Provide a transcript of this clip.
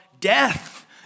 death